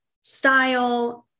style